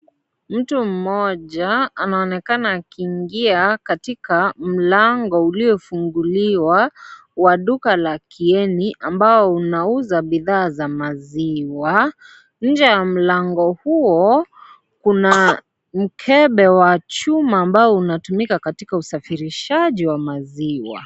Mtu mmoja anaonekana akiingia katika mlango ulio funguliwa wa duka la Kieni ambao unauza bidhaa za maziwa, nje ya mlango huo kuna mkebe wa chuma ambao unatumika katika usafirishaji wa maziwa.